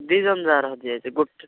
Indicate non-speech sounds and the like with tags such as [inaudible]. ଦୁଇ ଜଣ ଯାକର ହଜିଯାଇଛି [unintelligible]